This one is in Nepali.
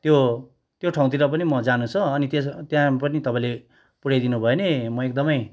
त्यो त्यो ठाउँतिर पनि म जानु छ अनि त्यहाँ पनि तपाईँले पुर्याइदिनु भयो भने म एकदमै